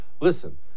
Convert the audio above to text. listen